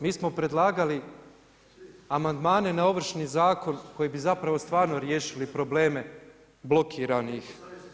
Mi smo predlagali amandmane na Ovršni zakon, koji bi zapravo stvarno riješili probleme blokiranih.